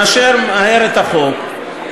נאשר מהר את החוק,